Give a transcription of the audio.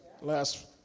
last